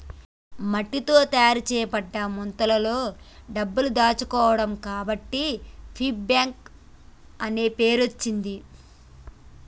మట్టితో తయారు చేయబడ్డ ముంతలో డబ్బులు దాచుకోవడం కాబట్టి పిగ్గీ బ్యాంక్ అనే పేరచ్చింది